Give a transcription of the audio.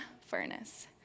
furnace